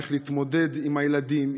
איך להתמודד עם הילדים,